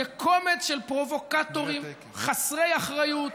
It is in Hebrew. זה קומץ של פרובוקטורים חסרי אחריות,